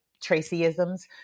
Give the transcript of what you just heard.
Tracy-isms